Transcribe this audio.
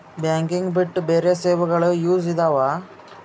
Banking ಬಿಟ್ಟು ಬೇರೆ ಸೇವೆಗಳು ಯೂಸ್ ಇದಾವ?